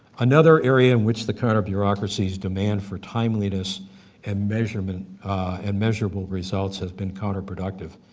another area in which the counter-bureaucracy's demand for timeliness and measurable and measurable results have been counterproductive,